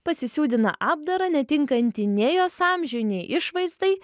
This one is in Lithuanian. pasisiūdina apdarą netinkantį nei jos amžiui nei išvaizdai